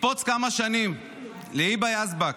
נקפוץ כמה שנים להיבא יזבק,